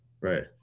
Right